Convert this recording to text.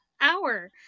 hour